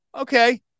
okay